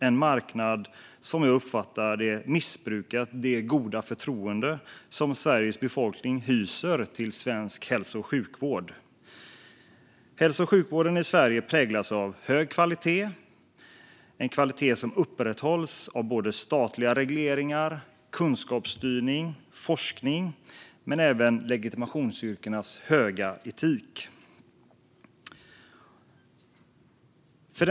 Jag uppfattar det som en marknad som har missbrukat det goda förtroende som Sveriges befolkning hyser för svensk hälso och sjukvård. Hälso och sjukvården i Sverige präglas av en hög kvalitet som upprätthålls av statliga regleringar, kunskapsstyrning och forskning men även legitimationsyrkenas höga etik. Fru talman!